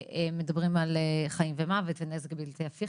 הם מדברים על חיים ומוות ונזק בלתי הפיך,